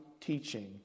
teaching